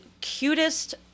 cutest